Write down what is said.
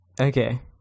Okay